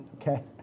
Okay